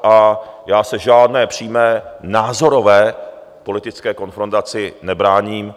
A já se žádné přímé názorové politické konfrontaci nebráním.